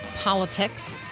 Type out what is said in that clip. politics